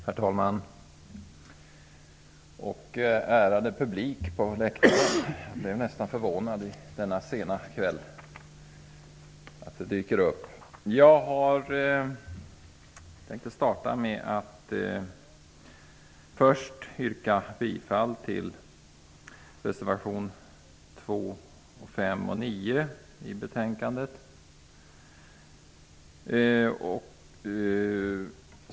Herr talman! Ärade publik! Jag blev nästan förvånad över att se så många på läktaren denna sena kväll. Jag tänkte starta med att först yrka bifall till reservationerna 2, 5 och 9 i betänkandet.